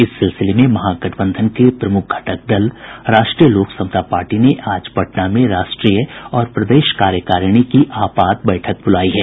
इस सिलसिले में महागठबंधन के प्रमुख घटक दल राष्ट्रीय लोक समता पार्टी ने आज पटना में राष्ट्रीय और प्रदेश कार्यकारिणी की आपात बैठक ब्रलायी है